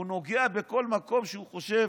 הוא נוגע בכל מקום שהוא חושב